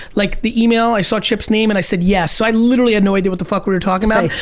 like the email, i saw chip's name and i said, yes. so i literally had no idea what the fuck we were talking about. thank you.